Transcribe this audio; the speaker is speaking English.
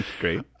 great